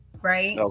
Right